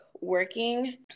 working